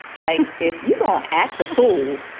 like if you don't act the fool,